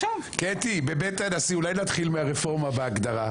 רפורמה בהגדרה.